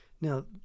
Now